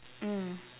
mm